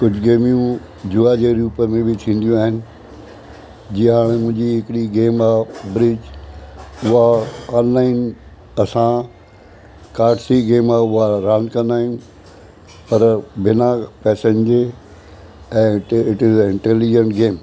कुझु गेम्यूं जूआ जहिड़ियूं पर ॿी बि थींदी आहिनि जींअ हाणे मुंहिंजी हिकिड़ी गेम आहे ब्रिज उहा ऑनलाइन असां कार्डस जी गेम आहे उहा रांदि कंदा आहियूं पर बिना पैसनि जे ऐं टे टे इंटेलिजेंट गेम